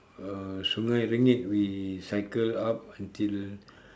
uh sungai rengit we cycle up until